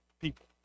people